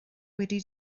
wedi